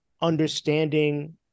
understanding